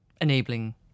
enabling